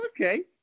Okay